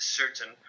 certain